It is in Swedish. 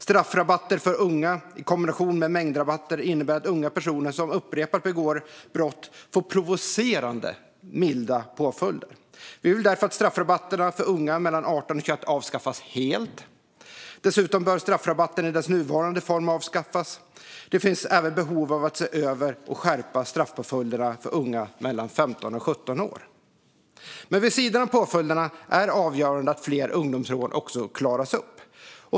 Straffrabatter för unga i kombination med mängdrabatter innebär att unga personer som upprepat begår brott får provocerande milda påföljder. Vi vill därför att straffrabatterna för unga mellan 18 och 21 år avskaffas helt. Dessutom bör mängdrabatten i dess nuvarande form avskaffas. Det finns även behov av att se över och skärpa straffpåföljderna för unga mellan 15 och 17 år. Vid sidan av påföljderna är det avgörande att fler ungdomsrån också klaras upp.